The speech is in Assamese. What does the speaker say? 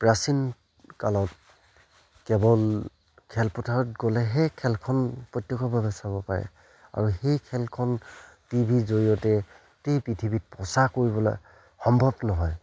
প্ৰাচীন কালত কেৱল খেলপথাৰত গ'লেহে খেলখন প্ৰত্যেকৰ বাবে চাব পাৰে আৰু সেই খেলখন টি ভিৰ জৰিয়তে গোটেই পৃথিৱীত প্ৰচাৰ কৰিবলৈ সম্ভৱ নহয়